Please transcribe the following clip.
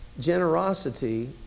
generosity